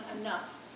enough